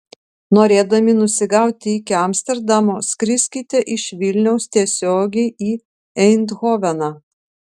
norėdami nusigauti iki amsterdamo skriskite iš vilniaus tiesiogiai į eindhoveną